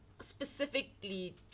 specifically